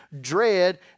dread